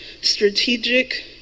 strategic